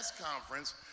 conference